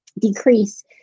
decrease